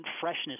freshness